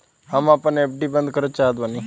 हम आपन एफ.डी बंद करना चाहत बानी